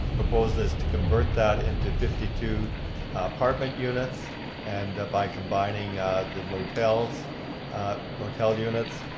proposal is to convert that into fifty two apartment units and by combining the motel motel units,